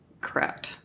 correct